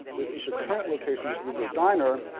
this is the current location bluebird diner.